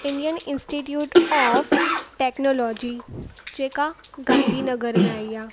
Indian Institute of Technology जेका Gandhinagar में आई आहे